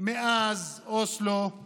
מאז אוסלו הוא